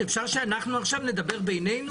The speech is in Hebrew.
אפשר שאנחנו עכשיו נדבר בינינו?